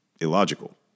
illogical